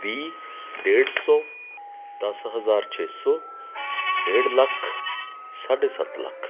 ਵੀਹ ਡੇਢ ਸੌ ਦਸ ਹਜ਼ਾਰ ਛੇ ਸੌ ਡੇਢ ਲੱਖ ਸਾਢੇ ਸੱਤ ਲੱਖ